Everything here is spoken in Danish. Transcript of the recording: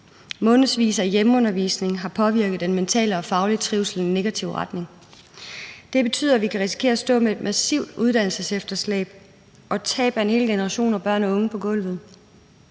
Månedsvis af hjemmeundervisning har påvirket den mentale og faglige trivsel i en negativ retning. Det betyder, at vi kan risikere at stå med et massivt uddannelsesefterslæb og tab af en hel generation af børn og unge på gulvet